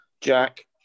Jack